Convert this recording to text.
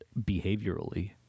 behaviorally